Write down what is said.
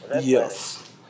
Yes